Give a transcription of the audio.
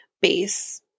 base